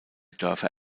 dörfer